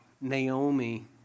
Naomi